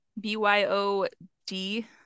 B-Y-O-D